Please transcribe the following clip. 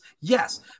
Yes